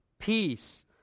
Peace